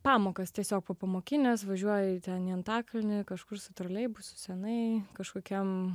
pamokas tiesiog popamokines važiuoji ten į antakalnį kažkur su troleibusu senai kažkokiam